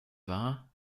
wahr